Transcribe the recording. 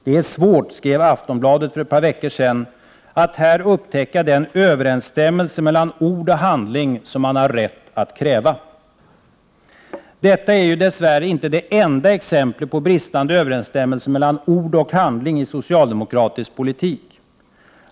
”Det är svårt”, skrev Aftonbladet för ett par veckor sedan, ”att här upptäcka den överensstämmelse mellan ord och handling som man har rätt att kräva.” Detta är dess värre inte det enda exemplet på bristande överensstämmelse mellan ord och handling i socialdemokratisk politik.